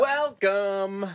Welcome